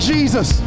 Jesus